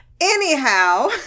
Anyhow